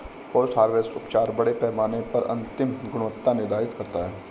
post harvest उपचार बड़े पैमाने पर अंतिम गुणवत्ता निर्धारित करता है